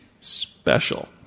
special